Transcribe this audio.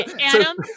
Adam